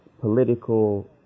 political